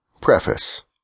Preface